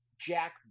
jack